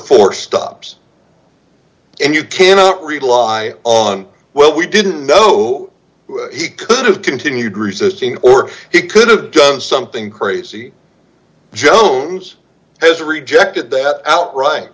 four stops and you cannot rely on well we didn't know he could have continued resisting or he could have done something crazy jones has rejected that outright